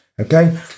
Okay